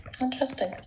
Interesting